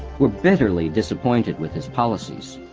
were bitterly disappointed with his policies.